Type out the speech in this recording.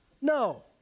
No